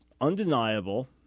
undeniable